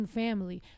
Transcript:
family